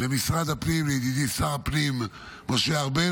למשרד הפנים, לידידי שר הפנים משה ארבל.